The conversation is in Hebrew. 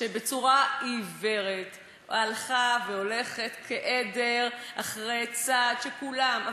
שבצורה עיוורת הלכה והולכת כעדר אחרי צעד שכולם,